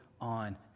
on